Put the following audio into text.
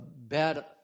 bad